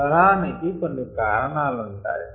జ్వరానికి కొన్ని కారణాలు ఉంటాయి